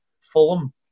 Fulham